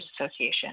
Association